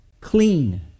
clean